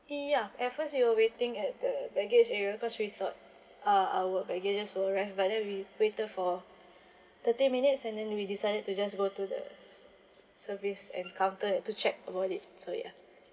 ya at first we were waiting at the baggage area cause we thought uh our baggages will arrived but then we waited for thirty minutes and then we decided to just go to the ser~ service and counter to check about it so ya